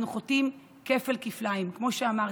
אנחנו חוטאים כפל-כפליים: כמו שאמרתי,